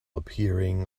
appearing